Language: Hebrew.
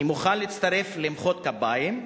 אני מוכן להצטרף ולמחוא כפיים,